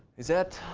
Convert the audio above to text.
is that?